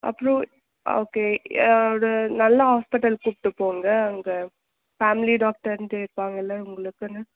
அப்புறம் ஓகே ஒரு நல்ல ஹாஸ்பிட்டல் கூப்பிட்டு போங்க அங்கே ஃபேம்லி டாக்ட்டர்ன்டு இருப்பங்கள்ல உங்களுக்குன்னு